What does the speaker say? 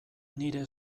nire